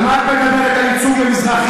על מה את מדברת, על ייצוג למזרחים?